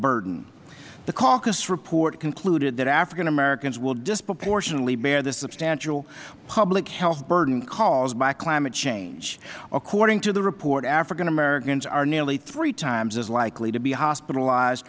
burden the caucus report concluded that african americans will disproportionately bear the substantial public health burden caused by climate change according to the report african americans are nearly three times as likely to be hospitalized